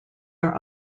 are